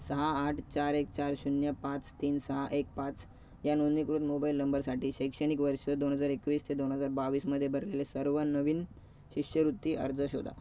सहा आठ चार एक चार शून्य पाच तीन सहा एक पाच या नोंदणीकृत मोबाईल नंबरसाठी शैक्षणिक वर्ष दोन हजार एकवीस ते दोन हजार बावीसमध्ये भरलेले सर्व नवीन शिष्यवृत्ती अर्ज शोधा